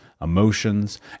emotions